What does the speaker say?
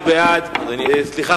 סליחה,